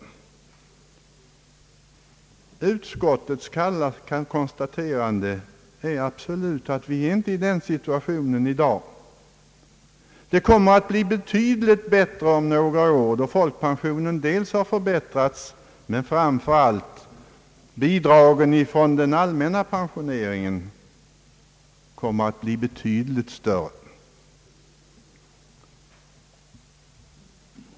Utskottet har alltså kallt konstaterat att vi inte är i den situationen i dag. Det kommer att bli betydligt bättre om några år då folkpensionen har förbättrats och framför allt bidragen från den allmänna pensioneringen blivit betydligt större.